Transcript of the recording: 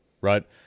right